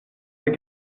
des